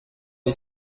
les